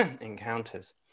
encounters